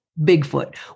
Bigfoot